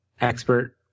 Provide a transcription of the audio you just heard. expert